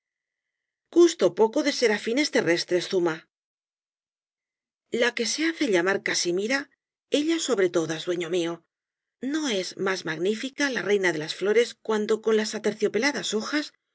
gusto poco de serafines terrestres zuma la que se hace llamar casimira ella sobre todas dueño mío no es más magnífica la reina de las flores cuando con las aterciopeladas hojas